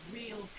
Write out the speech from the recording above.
real